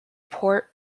port